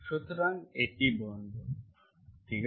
সুতরাং এটি বন্ধ ঠিক আছে